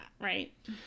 right